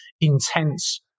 intense